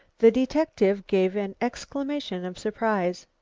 the detective gave an exclamation of surprise.